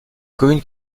communes